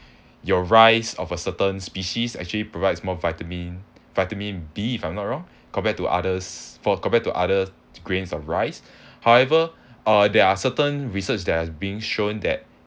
your rice of a certain species actually provides more vitamin vitamin B if I'm not wrong compared to others for compare to other grains of rice however uh there are certain research that has being shown that